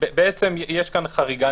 יש כאן חריגה,